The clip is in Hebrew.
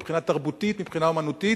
מבחינה תרבותית ומבחינה אמנותית,